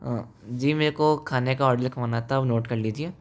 जी मुझे खाने का ऑर्डर होना था वो नोट कर लिजिए